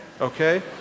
okay